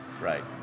Right